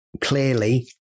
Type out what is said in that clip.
clearly